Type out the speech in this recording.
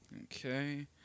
Okay